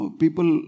people